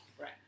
right